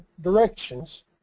directions